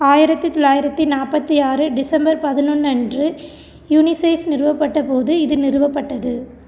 ஆயிரத்தி தொள்ளாயிரத்தி நாற்பத்தி ஆறு டிசம்பர் பதினொன்று அன்று யுனிசெஃப் நிறுவப்பட்டபோது இது நிறுவப்பட்டது